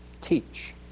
Teach